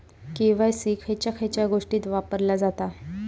KYC खयच्या खयच्या गोष्टीत वापरला जाता?